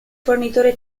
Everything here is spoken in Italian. fornitore